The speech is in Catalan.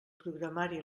programari